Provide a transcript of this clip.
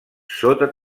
sota